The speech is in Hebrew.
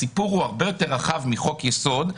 הסיפור הוא הרבה יותר רחב מחוק יסוד.